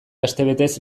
astebetez